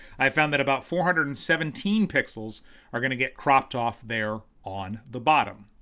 i found that about four hundred and seventeen pixels are gonna get cropped off there on the bottom.